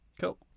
Cool